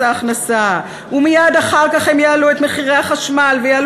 ההכנסה ומייד אחר כך הם יעלו את מחירי החשמל ואת